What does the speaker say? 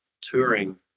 touring